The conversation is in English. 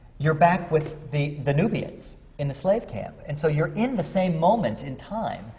you're back with the the nubians in the slave camp. and so, you're in the same moment in time,